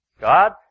God